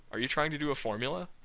are you trying to do a formula?